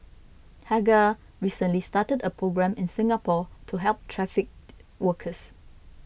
Hagar recently started a programme in Singapore to help trafficked workers